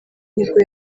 nibwo